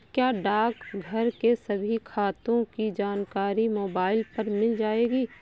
क्या डाकघर के सभी खातों की जानकारी मोबाइल पर मिल जाएगी?